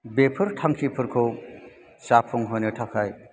बेफोर थांखिफोरखौ जाफुंहोनो थाखाय